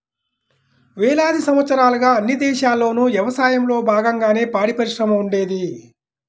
వేలాది సంవత్సరాలుగా అన్ని దేశాల్లోనూ యవసాయంలో బాగంగానే పాడిపరిశ్రమ ఉండేది